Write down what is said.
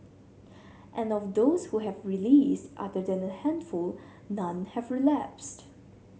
and of those who have released other than a handful none have relapsed